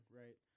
right